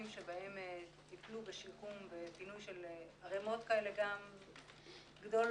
שבהם טיפלו בשיקום של ערימות כאלה גדולות,